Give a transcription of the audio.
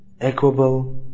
equable